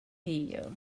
here